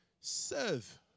serve